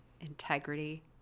integrity